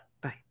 Bye